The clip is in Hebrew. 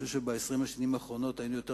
אני חושב שב-20 השנים האחרונות היינו יותר